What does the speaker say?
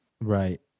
Right